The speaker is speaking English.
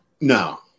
No